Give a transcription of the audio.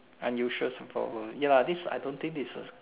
unusual super power ya lah this I don't think this is a